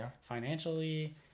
financially